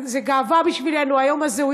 להגיד לך תודה רבה על יום מדהים,